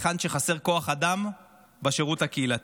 היכן שחסר כוח אדם בשירות הקהילתי.